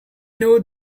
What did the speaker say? know